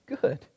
Good